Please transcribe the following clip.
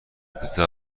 پیتزا